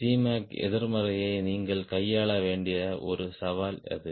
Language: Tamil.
Cmac எதிர்மறையை நீங்கள் கையாள வேண்டிய ஒரு சவால் அது